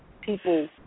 people